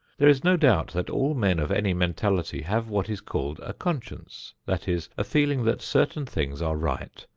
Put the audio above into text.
there is no doubt that all men of any mentality have what is called a conscience that is, a feeling that certain things are right,